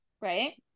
Right